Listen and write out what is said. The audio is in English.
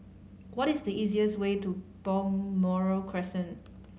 what is the easiest way to Balmoral Crescent